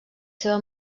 seva